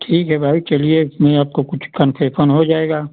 ठीक है भाई चलिए इसमें आपको कुछ कन्सेशन हो जाएगा